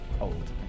old